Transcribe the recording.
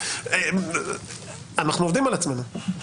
אנחנו עובדים על עצמנו.